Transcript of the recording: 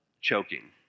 choking